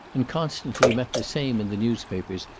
and constantly met the same in the newspapers,